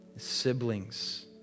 siblings